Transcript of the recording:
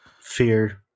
fear